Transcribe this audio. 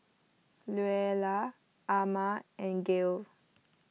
Luella Amma and Gayle